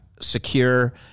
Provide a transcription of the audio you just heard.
secure